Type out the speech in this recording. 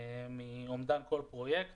מאומדן כל פרויקט